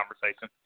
conversation